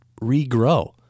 regrow